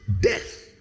death